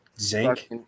zinc